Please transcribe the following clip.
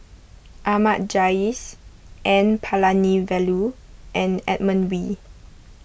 Ahmad Jais N Palanivelu and Edmund Wee